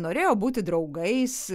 norėjo būti draugais